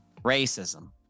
racism